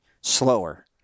slower